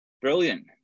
Brilliant